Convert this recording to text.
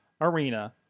Arena